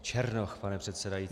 Černoch, pane předsedající.